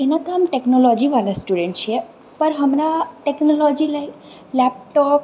एना तऽ हम टेक्नोलॉजी बला स्टुडेन्ट छिऐ पर हमरा टेक्नोलॉजी लए लैपटॉप